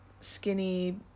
skinny